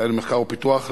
דהיינו למחקר ופיתוח,